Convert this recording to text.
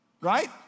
right